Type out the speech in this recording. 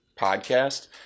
podcast